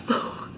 SO